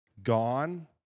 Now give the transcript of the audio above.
Gone